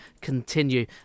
continue